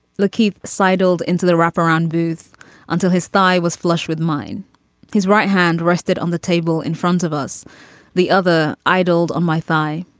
look keith sidled into the wraparound booth until his thigh was flush with mine his right hand rested on the table in front of us the other idled on my thigh.